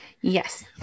Yes